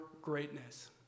greatness